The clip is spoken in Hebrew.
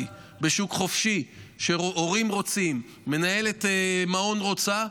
בשוק חופשי שהורים רוצים ומנהלת מעון רוצה,